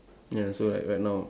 ya so like right now